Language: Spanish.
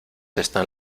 están